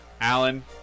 Alan